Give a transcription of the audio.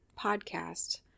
podcast